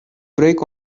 brick